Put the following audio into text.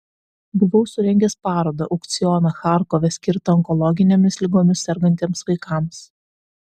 buvau surengęs parodą aukcioną charkove skirtą onkologinėmis ligomis sergantiems vaikams